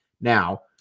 Now